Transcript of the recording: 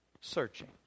searching